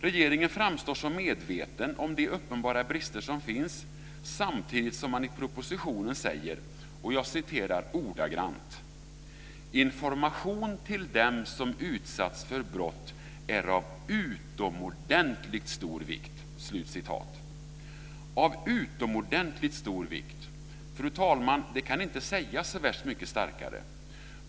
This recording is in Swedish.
Regeringen framstår som medveten om de uppenbara brister som finns, samtidigt som man i propositionen säger: "Information till dem som utsatts för brott är av utomordentligt stor vikt." Jag upprepar: av utomordentligt stor vikt. Fru talman! Det kan inte sägas så värst mycket starkare.